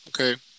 Okay